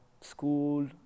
school